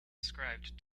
ascribed